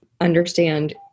understand